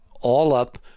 all-up